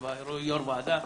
כיו"ר ועדה.